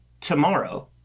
tomorrow